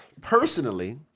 personally